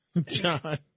John